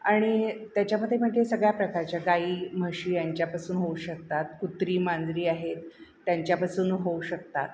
आणि त्याच्यामध्ये म्हणजे सगळ्या प्रकारच्या गाई म्हशी यांच्यापासून होऊ शकतात कुत्री मांजरी आहेत त्यांच्यापासून होऊ शकतात